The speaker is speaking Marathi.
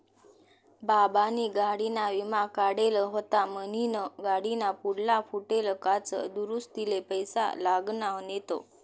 बाबानी गाडीना विमा काढेल व्हता म्हनीन गाडीना पुढला फुटेल काच दुरुस्तीले पैसा लागना नैत